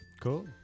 Cool